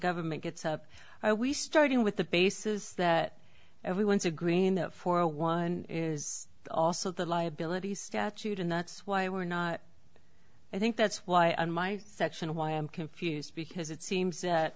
government gets up we starting with the basis that everyone's agreeing that for one is also the liability statute and that's why we're not i think that's why on my section why i'm confused because it seems that